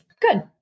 Good